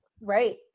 Right